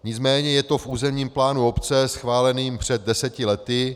Nicméně je to v územním plánu obce schváleném před deseti lety.